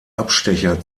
abstecher